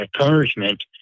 encouragement